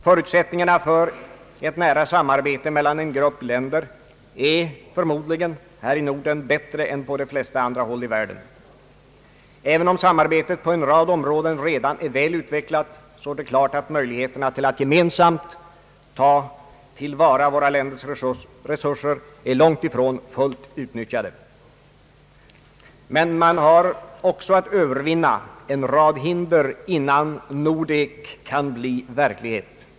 Förutsättningarna för ett nära samarbete mellan en grupp länder är förmodligen här i Norden bättre än på de flesta andra håll i världen. Även om samarbetet på en rad områden redan är väl utvecklat, står det klart att möjligheterna till att gemensamt ta till vara våra länders resurser är långt ifrån fullt utnyttjade. Men man har också att övervinna en rad hinder innan Nordek kan bli verklighet.